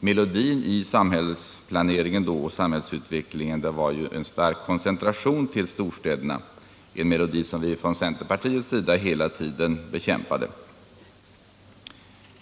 melodin i samhällsplaneringen och samhällsutvecklingen då var stark koncentration till storstäderna — en melodi som vi från centerpartiets sida hela tiden bekämpade.